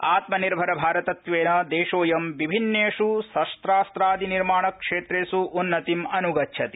आत्मनिर्भरभारतत्वेन देशोऽयं विभिन्नेष् शस्वास्वादि निर्माण क्षेत्रेष् उन्नतिम् अन्गच्छति